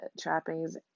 trappings